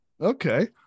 Okay